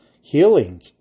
healing